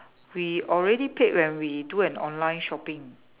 we already paid when we do an online shopping